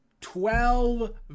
Twelve